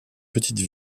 petite